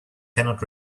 cannot